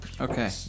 Okay